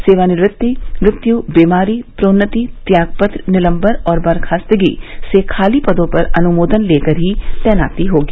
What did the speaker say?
सेवानिवृत्ति मृत्यु बीमारी प्रोन्नति त्यागपत्र निलम्बन और बर्खास्तगी से खाली पदों पर अनुमोदन लेकर ही तैनाती होगी